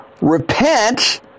Repent